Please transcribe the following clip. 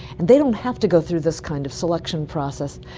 and they don't have to go through this kind of selection process.